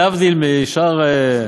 להבדיל משאר,